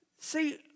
See